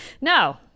No